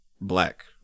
black